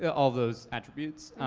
all those attributes.